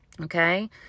Okay